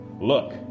Look